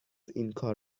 اینکار